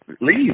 leave